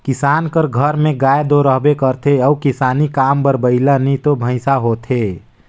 किसान कर घर में गाय दो रहबे करथे अउ किसानी काम बर बइला नी तो भंइसा होथे